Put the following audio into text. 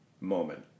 moment